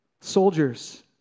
soldiers